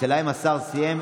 השאלה אם השר סיים.